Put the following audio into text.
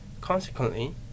Consequently